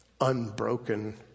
Unbroken